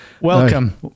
welcome